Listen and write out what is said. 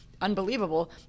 unbelievable